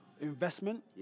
investment